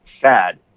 sad